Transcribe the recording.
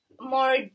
more